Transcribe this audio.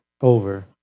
over